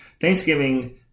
Thanksgiving